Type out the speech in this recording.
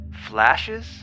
flashes